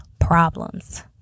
problems